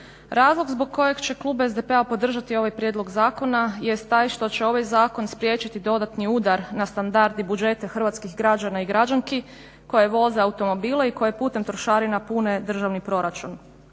Razlog zbog kojeg će klub SDP-a podržati ovaj prijedlog zakona jest taj što će ovaj zakon spriječiti dodatni udar na standard i budžete hrvatskih građana i građanki koje voze automobile i koje putem trošarina pune državni proračun.